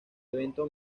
evento